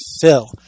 fill